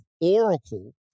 oracle